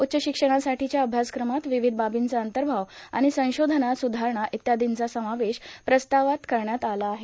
उच्च शिक्षणासाठीच्या अभ्यासक्रमात विविध बाबींचा अंतर्भाव आणि संशोधनात सुधारणा इत्यादींचा समावेश प्रस्तावात करण्यात आला आहे